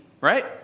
right